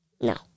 no